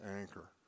anchor